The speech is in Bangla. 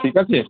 ঠিক আছে